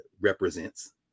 represents